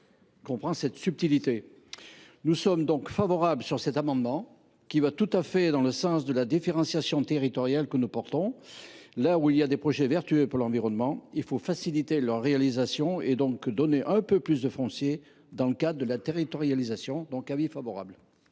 comprenne cette subtilité… Nous sommes donc favorables à cet amendement, qui va tout à fait dans le sens de la différenciation territoriale que nous défendons. Là où l’on trouve des projets vertueux pour l’environnement, il faut faciliter leur réalisation et donc céder un peu plus de foncier dans le cadre de la territorialisation. Quel est l’avis